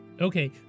Okay